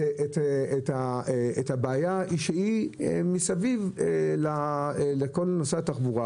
את הבעיה שהיא מסביב לתחבורה